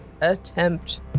Attempt